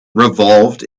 revolved